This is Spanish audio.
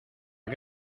qué